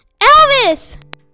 Elvis